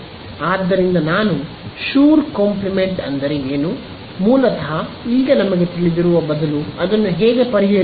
ಆದ್ದರಿಂದ ನಾನು sure complement ಅಂದರೆ ಏನು ಮೂಲತಃ ಈಗ ನಮಗೆ ತಿಳಿದಿರುವ ಬದಲು ಅದನ್ನು ಹೇಗೆ ಪರಿಹರಿಸುವುದು